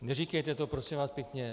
Neříkejte to, prosím vás pěkně.